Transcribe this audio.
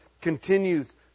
continues